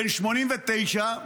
בן 89,